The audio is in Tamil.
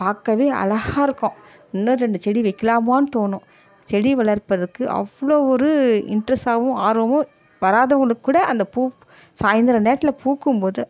பார்க்கவே அழகாக இருக்கும் இன்னும் ரெண்டு செடி வைக்கிலாமான்னு தோணும் செடி வளர்ப்பதற்கு அவ்வளோ ஒரு இன்ட்ரெஸ்சாகவும் ஆர்வமும் வராதவங்களுக்கு கூட அந்த பூக்கும் சாய்ந்தர நேரத்தில் பூக்கும் போது